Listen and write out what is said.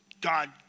God